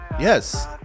Yes